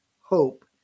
hope